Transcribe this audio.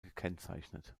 gekennzeichnet